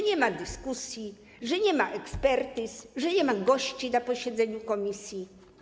Nie ma dyskusji, nie ma ekspertyz, nie ma gości na posiedzeniu komisji.